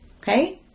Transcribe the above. Okay